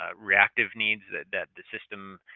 ah reactive needs that that the system,